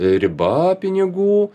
riba pinigų